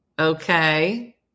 Okay